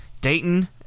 Dayton